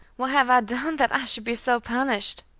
what have i done that i should be so punished?